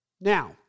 Now